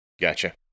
Gotcha